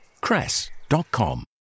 cress.com